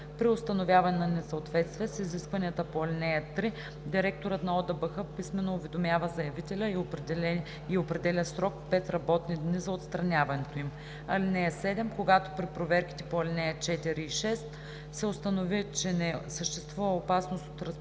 При установяване на несъответствия с изискванията по ал. 3 директорът на ОДБХ писмено уведомява заявителя и определя срок 5 работни дни за отстраняването им. (7) Когато при проверките по ал. 4 и 6 се установи, че не съществува опасност от разпространение